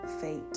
fate